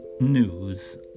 news